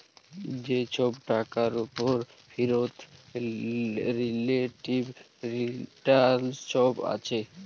যে ছব টাকার উপর ফিরত রিলেটিভ রিটারল্স আসে